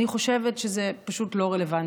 אני חושבת שזה פשוט לא רלוונטי.